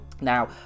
Now